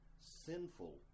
sinful